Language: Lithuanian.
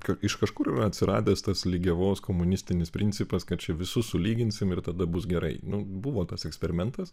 kad iš kažkur yra atsiradęs tas lygiavos komunistinis principas kad čia visus sulyginsim ir tada bus gerai nu buvo tas eksperimentas